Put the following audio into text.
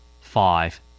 Five